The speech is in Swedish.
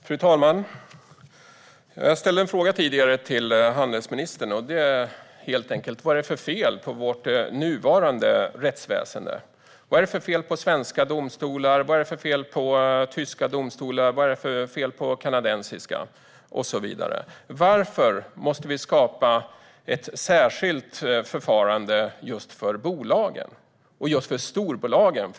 Fru talman! Jag ställde tidigare en fråga till handelsministern om vad det är för fel på nuvarande rättsväsen. Vad är det för fel på svenska domstolar, tyska domstolar eller kanadensiska domstolar? Varför måste vi skapa ett särskilt förfarande för bolagen och speciellt för storbolagen?